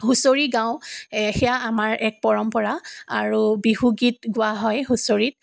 হুঁচৰি গাওঁ সেয়া আমাৰ এক পৰম্পৰা আৰু বিহু গীত গোৱা হয় হুঁচৰিত